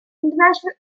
international